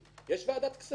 יש ועדת כספים,